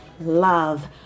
love